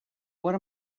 what